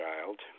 child